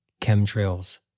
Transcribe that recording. Chemtrails